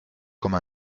comme